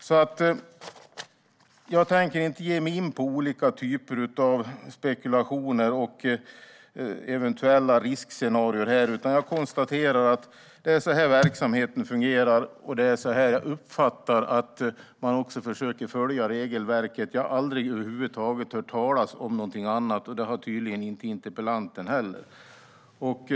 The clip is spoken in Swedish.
Jag tänker därför inte ge mig in på olika typer av spekulationer och eventuella riskscenarier här. Jag konstaterar att det är så här verksamheten fungerar, och det är så här jag uppfattar att man också försöker följa regelverket. Jag har aldrig över huvud taget hört talas om någonting annat, och det har tydligen inte interpellanten heller.